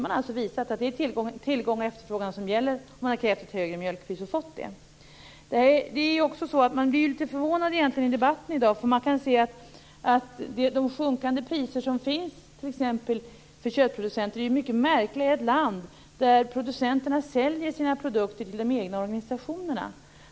Man har visat att det är tillgång och efterfrågan som gäller, och man har krävt ett högre mjölkpris och fått det. Man blir litet förvånad i debatten i dag. De sjunkande priser som finns för t.ex. köttproducenter är något mycket märkligt i ett land där producenterna säljer sina produkter till de egna organisationerna.